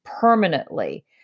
permanently